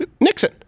Nixon